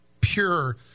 pure